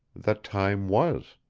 that time was.